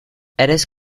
eres